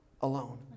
alone